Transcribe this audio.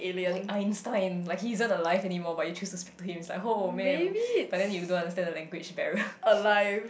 like Einstein like he isn't alive anymore but you choose to speak to him it's like oh man but then you don't understand the language barrier